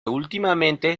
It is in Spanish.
últimamente